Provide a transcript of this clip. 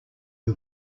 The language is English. who